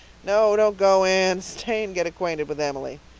no, don't go, anne. stay and get acquainted with emily.